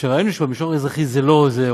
וכשראינו שבמישור האזרחי זה לא עוזר,